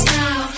now